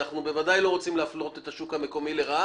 אנחנו בוודאי לא רוצים להפלות את השוק המקומי לרעה.